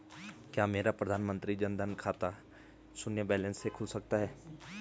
क्या मेरा प्रधानमंत्री जन धन का खाता शून्य बैलेंस से खुल सकता है?